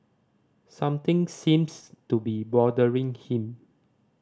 something seems to be bothering him